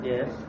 Yes